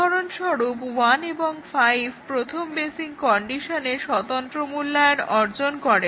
উদাহরণস্বরূপ 1 এবং 5 প্রথম বেসিক কন্ডিশনের স্বতন্ত্র মূল্যায়ন অর্জন করে